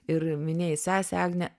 ir minėjai sesę agnę